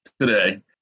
today